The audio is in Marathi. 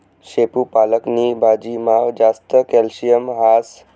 शेपू पालक नी भाजीमा जास्त कॅल्शियम हास